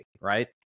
right